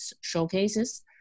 showcases